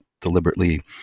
deliberately